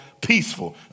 peaceful